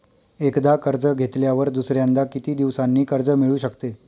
एकदा कर्ज घेतल्यावर दुसऱ्यांदा किती दिवसांनी कर्ज मिळू शकते?